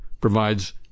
provides